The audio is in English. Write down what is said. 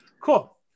cool